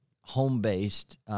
home-based